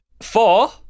four